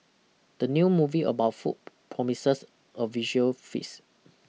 the new movie about food promises a visual feast